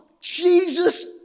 Jesus